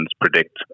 predict